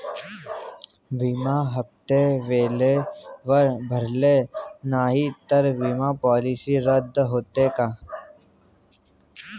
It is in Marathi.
विमा हप्ते वेळेवर भरले नाहीत, तर विमा पॉलिसी रद्द होते का?